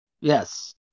Yes